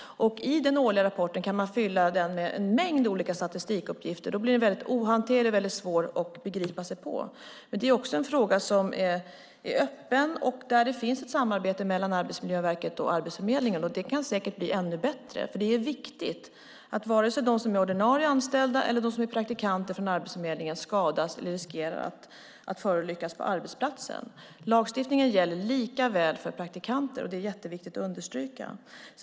Den årliga rapporten kan man fylla med en mängd olika statistikuppgifter. Då blir den väldigt ohanterlig och svår att begripa sig på. Det är också en fråga som är öppen och där det finns ett samarbete mellan Arbetsmiljöverket och Arbetsförmedlingen. Det kan säkert bli ännu bättre. Det är ju viktigt att varken de som är ordinarie anställda eller de som är praktikanter från Arbetsförmedlingen skadas eller riskerar att förolyckas på arbetsplatsen. Lagstiftningen gäller lika för praktikanter - det är jätteviktigt att understryka.